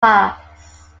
pass